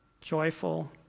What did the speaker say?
joyful